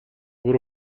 برو